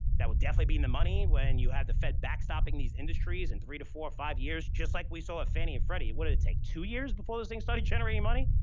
that will definitely be in the money when you have the fed backstopping these industries in three to four or five years just like we saw at fannie and freddie. what did it take? two years, before those things started generating money.